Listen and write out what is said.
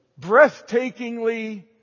breathtakingly